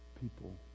people